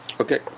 Okay